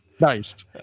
nice